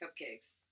Cupcakes